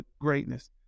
greatness